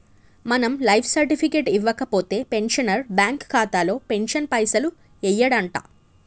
మనం life certificate ఇవ్వకపోతే pensioner bank ఖాతాలో పెన్షన్ పైసలు యెయ్యడంట